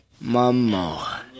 Mama